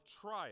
trial